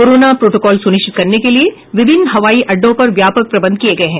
corona protocol सुनिश्चित करने के लिए विभिन्न हवाई अड्डों पर व्यापक प्रबंध किए गए हैं